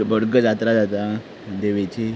जात्रा जाता देविची